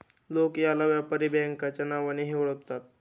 लोक याला व्यापारी बँकेच्या नावानेही ओळखतात